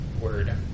word